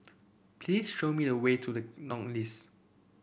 please show me the way to the none list